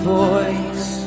voice